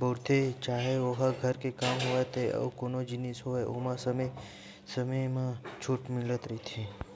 बउरथे चाहे ओहा घर के काम होय ते अउ कोनो जिनिस होय ओमा समे समे म छूट मिलते रहिथे